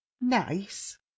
Nice